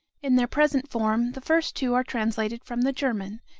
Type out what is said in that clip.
in their present form, the first two are translated from the german,